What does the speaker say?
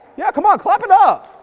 yeah, come on clap it up.